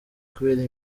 kubera